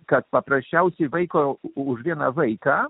kad paprasčiausiai vaiko už vieną vaiką